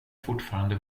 fortfarande